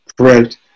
Correct